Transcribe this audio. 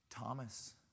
Thomas